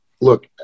look